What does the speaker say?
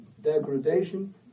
degradation